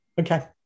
Okay